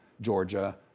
Georgia